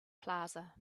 plaza